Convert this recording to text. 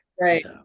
Right